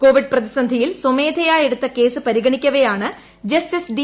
Covid പ്രതിസന്ധിയിൽ സ്വമേധയാ എടുത്ത കേസ് പരിഗണിക്കപ്പേയാണ് ജസ്റ്റിസ് ഡി